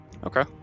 Okay